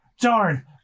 Darn